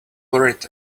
worried